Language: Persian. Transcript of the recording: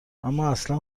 امااصلا